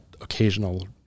occasional